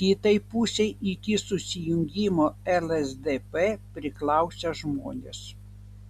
kitai pusei iki susijungimo lsdp priklausę žmonės